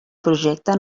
projecte